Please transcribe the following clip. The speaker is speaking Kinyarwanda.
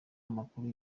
amakuru